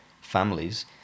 families